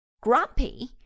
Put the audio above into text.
Grumpy